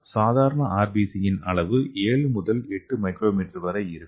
சாதாரண RBC இன் அளவு 7 முதல் 8 µm வரை இருக்கும்